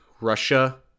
russia